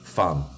fun